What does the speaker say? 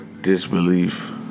disbelief